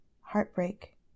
heartbreak